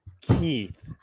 Keith